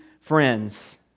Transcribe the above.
friends